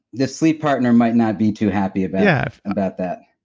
the sleep partner might not be too happy but yeah about that.